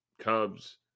Cubs